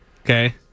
Okay